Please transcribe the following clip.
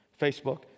Facebook